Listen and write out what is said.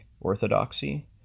Orthodoxy